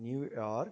New York